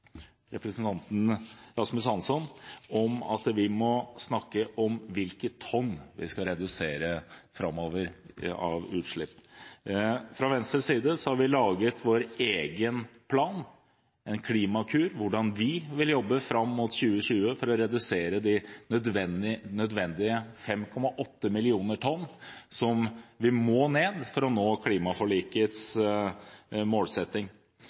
representanten Rasmus Hansson i at vi må snakke om hvilke tonn vi skal redusere framover av utslipp. Fra Venstres side har vi laget vår egen plan, en klimakur for hvordan vi vil jobbe fram mot 2020 for å redusere de nødvendige 5,8 millioner tonn som vi må ned for å nå klimaforlikets målsetting.